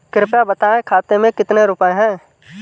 कृपया बताएं खाते में कितने रुपए हैं?